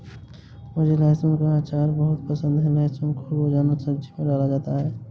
मुझे लहसुन का अचार बहुत पसंद है लहसुन को रोजाना सब्जी में डाला जाता है